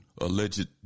alleged